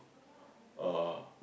uh